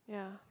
yeah